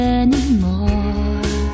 anymore